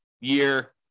year